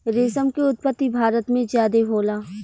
रेशम के उत्पत्ति भारत में ज्यादे होला